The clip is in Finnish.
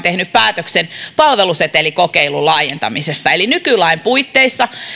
tehnyt päätöksen palvelusetelikokeilun laajentamisesta eli nykylain puitteissa